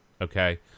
okay